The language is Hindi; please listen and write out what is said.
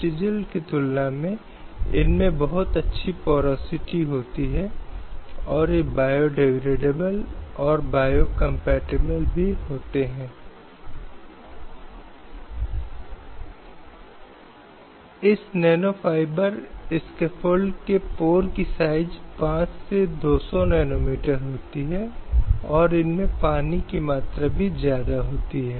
प्रस्तावना में जिन आदर्शों या मूल्यों की पहचान की गई है उन्हें न्याय स्वतंत्रता और समानता के रूप में माना गया है